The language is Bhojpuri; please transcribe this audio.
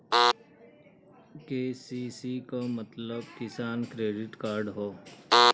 के.सी.सी क मतलब किसान क्रेडिट कार्ड हौ